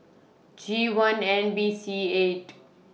G one N B C eight